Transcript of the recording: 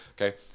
Okay